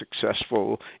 successful